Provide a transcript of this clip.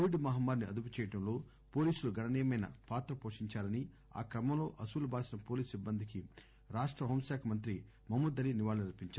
Covid మహమ్మారిని అదుపు చేయటంలో పోలీసులు గణనీయమైన్ పాత్ర పోషించారని ఆ క్రమంలో అసువులు బాసిన పోలీసు సిబ్బందికి రాష్ణ హోంశాఖ మంత్రి మోహమూద్ అలీ నివాళి అర్పించారు